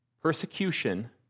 persecution